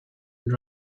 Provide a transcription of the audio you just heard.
and